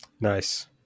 Nice